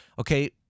Okay